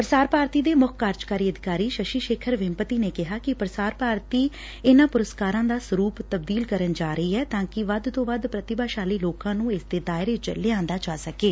ਪ੍ਰਸਾਰ ਭਾਰਤੀ ਦੇ ਮੁੱਖ ਕਾਰਜਕਾਰੀ ਅਧਿਕਾਰੀ ਸ਼ਸ਼ੀ ਸ਼ੇਖਰ ਵੈੱਪਤੀ ਨੇ ਕਿਹਾ ਕਿ ਪੁਸਾਰ ਭਾਰਤੀ ਇਨਾਂ ਪੁਰਸਕਾਰਾਂ ਦਾ ਸਰੁਪ ਤਬਦੀਲ ਕਰਨ ਜਾ ਰਹੀ ਏ ਤਾਂ ਕਿ ਵੱਧ ਤੋਂ ਵੱਧ ਪੁਤੀਭਾਸ਼ਾਲੀ ਲੋਕਾਂ ਨੁੰ ਇਸਦੇ ਦਾਇਰੇ 'ਚ ਲਿਆਂਦਾ ਜਾ ਸਕੇ